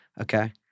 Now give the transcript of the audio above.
Okay